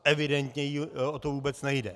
Evidentně jí o to vůbec nejde.